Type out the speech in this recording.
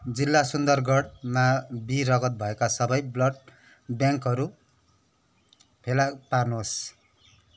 जिल्ला सुन्दरगढमा बी रगत भएका सबै ब्लड ब्याङ्कहरू फेला पार्नुहोस्